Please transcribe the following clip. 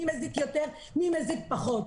מי מזיק יותר, מי מזיק פחות.